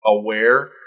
aware